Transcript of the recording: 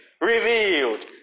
revealed